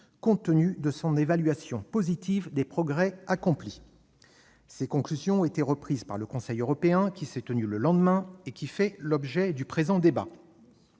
compte tenu de son évaluation positive des progrès accomplis ». Ces conclusions ont été reprises par le Conseil européen, dont la réunion qui s'est tenue le lendemain fait l'objet du présent débat.